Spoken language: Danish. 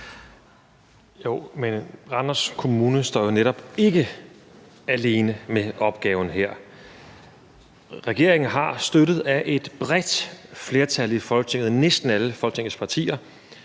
Jo, men Randers Kommune står jo netop ikke alene med opgaven her. Regeringen har – støttet af et bredt flertal i Folketinget, næsten alle folketingspartier